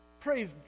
Praise